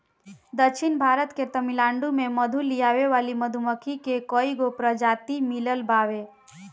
दक्षिण भारत के तमिलनाडु में मधु लियावे वाली मधुमक्खी के कईगो प्रजाति मिलत बावे